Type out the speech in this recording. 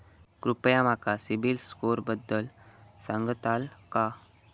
कृपया माका सिबिल स्कोअरबद्दल सांगताल का?